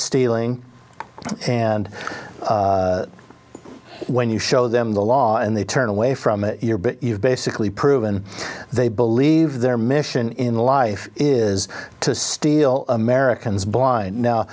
stealing and when you show them the law and they turn away from your butt you've basically proven they believe their mission in life is to steal americans blind